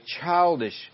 childish